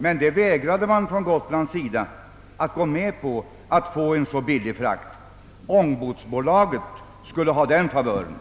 Men man vägrade från representanternas sida att acceptera förslaget. Ångbåtsbolaget skulle ha både posten och frakten.